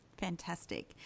Fantastic